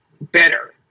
better